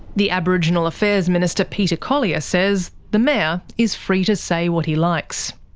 the aboriginal affairs minister peter collier says the mayor is free to say what he likes.